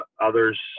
others